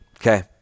Okay